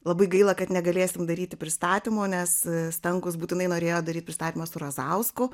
labai gaila kad negalėsim daryti pristatymo nes stankus būtinai norėjo daryt pristatymą su razausku